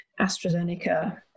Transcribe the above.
AstraZeneca